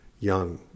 Young